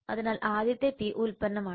അതിനാൽ ആദ്യത്തെ പി ഉൽപ്പന്നമാണ്